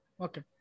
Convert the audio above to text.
Okay